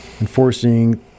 enforcing